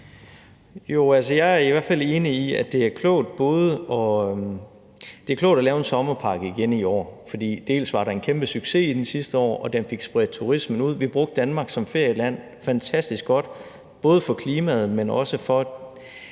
Jo, jeg er i hvert fald enig i, at det er klogt at lave en sommerpakke igen i år. For dels var der en kæmpe succes med den sidste år, dels fik den spredt turismen ud. Vi brugte Danmark som ferieland fantastisk godt, både godt for klimaet, men også for